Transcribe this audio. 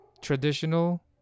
traditional